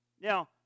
Now